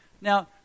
Now